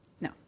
No